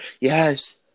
Yes